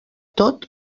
tot